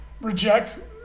reject